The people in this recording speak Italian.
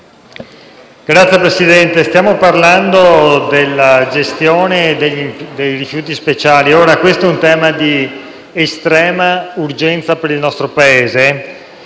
Signor Presidente, stiamo parlando della gestione dei rifiuti speciali, che rappresenta un tema di estrema urgenza per il nostro Paese.